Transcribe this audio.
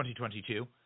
2022